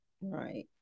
Right